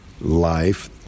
life